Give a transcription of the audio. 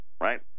right